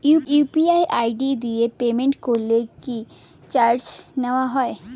UPI ID দিয়ে payment করলে কি চার্জ নেয়া হয়?